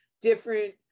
different